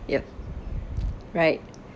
yup right